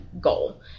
goal